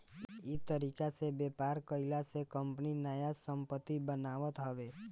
इ तरीका से व्यापार कईला से कंपनी नया संपत्ति बनावत हवे